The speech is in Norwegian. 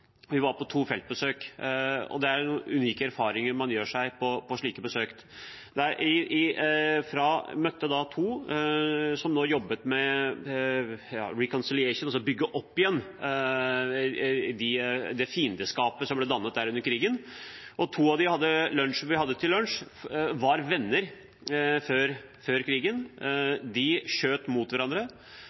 på to feltbesøk. Det er unike erfaringer man gjør seg på slike besøk. Vi møtte to som nå jobber med gjenoppbygging etter fiendskapet som ble dannet der under krigen. To av dem vi hadde lunsj med, var venner før krigen. De skjøt mot hverandre